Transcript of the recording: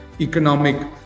economic